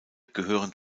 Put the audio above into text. gehören